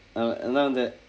err எல்லா வந்து:ellaa vandthu